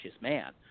man